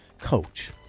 coach